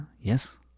Yes